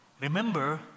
Remember